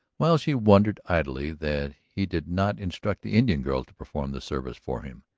while she wondered idly that he did not instruct the indian girl to perform the service for him.